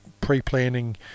pre-planning